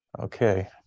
Okay